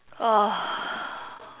uh